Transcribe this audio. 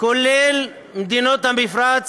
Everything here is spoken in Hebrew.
כולל מדינות המפרץ,